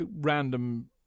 random